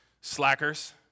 slackers